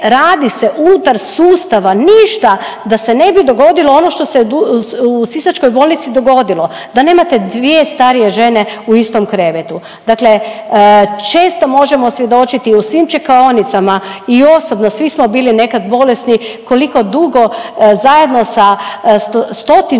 radi se unutar sustava ništa da se ne bi dogodilo ono što se u sisačkoj bolnici dogodilo da nemate dvije starije žene u istom krevetu. Dakle, često možemo svjedočiti u svim čekaonicama i osobno svi smo bili nekad bolesni koliko dugo zajedno sa stotinu